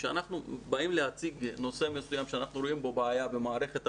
כשאנחנו באים להציג נושא מסוים שאנחנו רואים בו בעיה במערכת החינוך,